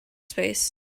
space